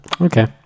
Okay